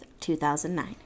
2009